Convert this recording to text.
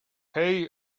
hei